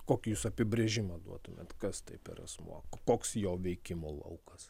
kokį jūs apibrėžimą duotumėt kas tai per asmuo koks jo veikimo laukas